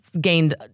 gained